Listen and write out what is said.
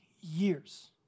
years